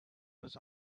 was